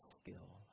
skill